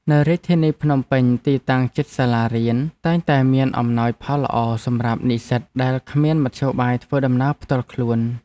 នៅរាជធានីភ្នំពេញ ទីតាំងជិតសាលារៀនតែងតែមានអំណោយផលល្អសម្រាប់និស្សិតដែលគ្មានមធ្យោបាយធ្វើដំណើរផ្ទាល់ខ្លួន។